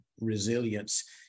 resilience